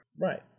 Right